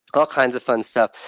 all kinds of fun stuff.